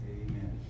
Amen